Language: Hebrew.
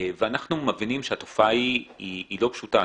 ואנחנו מבינים שהתופעה היא לא פשוטה.